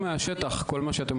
עם כל הכבוד, יש גבול לכל תעלול.